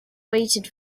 waited